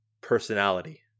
personality